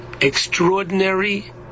extraordinary